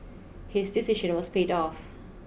his decision was paid off